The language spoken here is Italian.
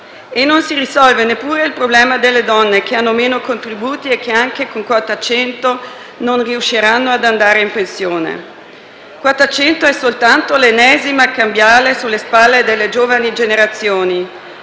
Non si risolve neppure il problema delle donne che hanno meno contributi e che anche con quota 100 non riusciranno ad andare in pensione. Quota 100 è soltanto l'ennesima cambiale sulle spalle delle giovani generazioni.